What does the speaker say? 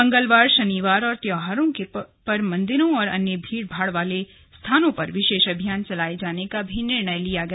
मंगलवार शनिवार और त्यौहारों पर मन्दिरों और अन्य भीड भाड़ वाले स्थानों पर विशेष अभियान चलाये जाने का निर्णय भी लिया गया